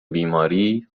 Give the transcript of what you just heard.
بیماری